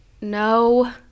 No